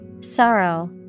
Sorrow